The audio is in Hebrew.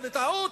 זה בטעות?